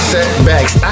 Setbacks